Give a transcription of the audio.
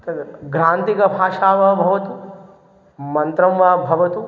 तद् ग्रन्थिकभाषा वा भवतु मन्त्रं वा भवतु